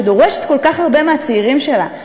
שדורשת כל כך הרבה מהצעירים שלה,